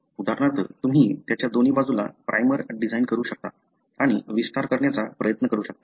उदाहरणार्थ तुम्ही त्याच्या दोन्ही बाजूला प्राइमर डिझाइन करू शकता आणि विस्तार करण्याचा प्रयत्न करू शकता